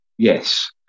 Yes